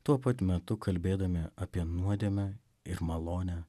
tuo pat metu kalbėdami apie nuodėmę ir malonę